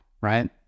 right